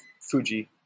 Fuji